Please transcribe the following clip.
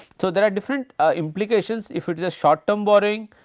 so, there are different implications if it is a short term borrowing,